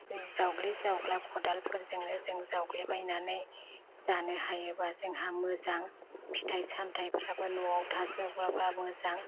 जों जावग्लि जावग्ला खदालफोरजोंनो जों जावग्लि बायनानै जानो हायोबा जोंहा मोजां फिथाइ सामथाइफ्राबो नआव थाजोबोबा जों